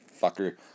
fucker